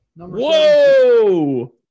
Whoa